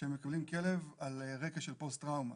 שמקבלים כלב על רקע של פוסט טראומה,